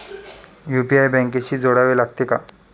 UPI बँकेशी जोडावे लागते का?